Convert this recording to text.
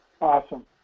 Awesome